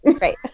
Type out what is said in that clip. right